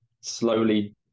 slowly